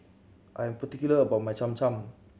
I am particular about my Cham Cham